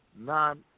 non